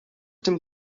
dem